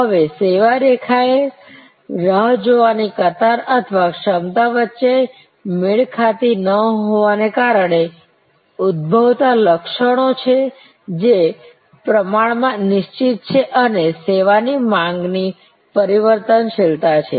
હવે સેવા રેખાઓ એ રાહ જોવાની કતાર અથવા ક્ષમતા વચ્ચે મેળ ખાતી ન હોવાને કારણે ઉદ્ભવતા લક્ષણો છે જે પ્રમાણમાં નિશ્ચિત છે અને સેવાની માંગની પરિવર્તનશીલતા છે